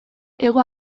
hego